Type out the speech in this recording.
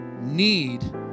need